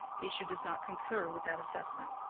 issu does not conquer with that assessment.